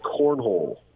cornhole